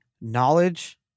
knowledge